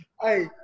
Hey